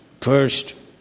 first